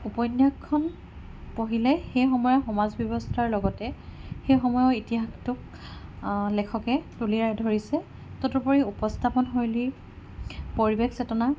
উপন্যাসখন পঢ়িলে সেই সময়ৰ সমাজ ব্যৱস্থাৰ লগতে সেই সময়ৰ ইতিহাসটোক লেখকে তুলি ধৰিছে তদুপৰি উপস্থাপন শৈলী পৰিবেশ চেতনা